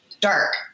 dark